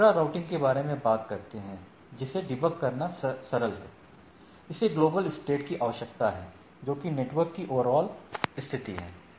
हम intra routing के बारे में बात कर रहे हैं जिसे डिबग करना सरल है इसे ग्लोबल स्टेट की आवश्यकता है जो कि नेटवर्क की ओवरऑल स्थिति है